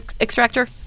extractor